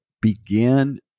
begin